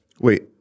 Wait